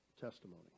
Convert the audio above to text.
testimony